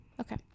Okay